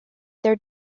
their